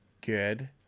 good